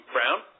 Brown